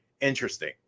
interesting